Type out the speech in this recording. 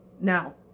Now